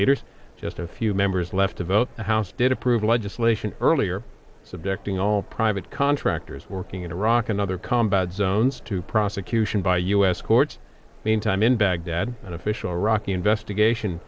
leaders just a few members left to vote and house did approve legislation earlier subjecting all private contractors working in iraq and other combat zones to prosecution by u s courts meantime in baghdad an official iraqi investigation